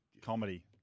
Comedy